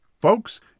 Folks